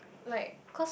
like cause